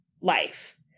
life